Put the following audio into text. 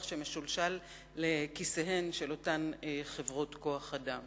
שמשולשל לכיסיהן של אותן חברות כוח-אדם.